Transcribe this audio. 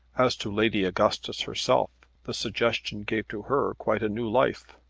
as to lady augustus herself, the suggestion gave to her quite a new life.